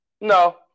No